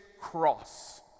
cross